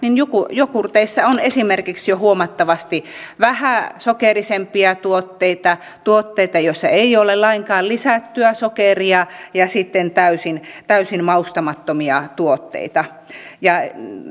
jogurteissa on esimerkiksi jo huomattavasti vähäsokerisempia tuotteita tuotteita joissa ei ole lainkaan lisättyä sokeria ja sitten täysin täysin maustamattomia tuotteita